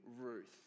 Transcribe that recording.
Ruth